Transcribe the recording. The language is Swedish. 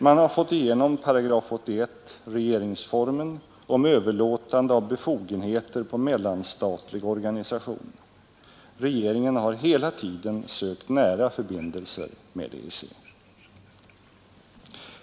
Man har fått igenom 81 § regeringsformen om överlåtande av befogenheter på mellanstatlig organisation. Regeringen har hela tiden sökt nära förbindelser med EEC.